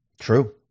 True